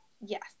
Yes